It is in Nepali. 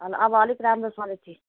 अब अलिक राम्रोसँगले ठिक